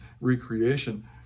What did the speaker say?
recreation